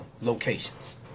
locations